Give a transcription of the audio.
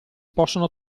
possono